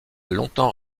longtemps